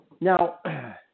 Now